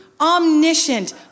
omniscient